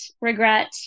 regret